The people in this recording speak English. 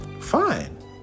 Fine